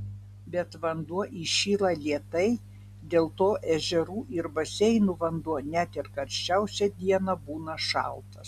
bet vanduo įšyla lėtai dėl to ežerų ir baseinų vanduo net ir karščiausią dieną būna šaltas